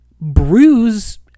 bruise